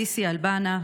אדיסי אלבנה,